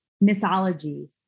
mythology